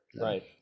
Right